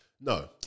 No